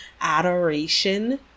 adoration